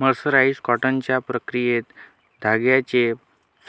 mercerised कॉटनच्या प्रक्रियेत धाग्याचे